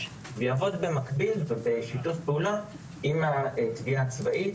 ויעבוד במקביל ובשיתוף פעולה עם התביעה הצבאית,